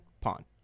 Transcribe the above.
pawn